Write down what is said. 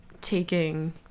taking